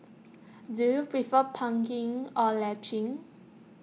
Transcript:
do you prefer pumping or latching